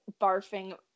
barfing